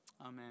Amen